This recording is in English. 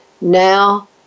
now